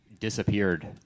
disappeared